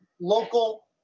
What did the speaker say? local